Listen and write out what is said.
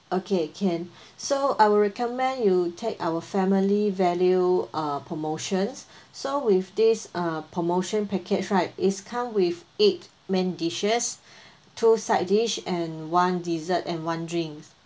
okay can so I will recommend you take our family value uh promotions so with this uh promotion package right it's come with eight main dishes two side dish and one dessert and one drinks